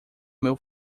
meu